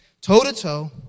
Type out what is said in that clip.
toe-to-toe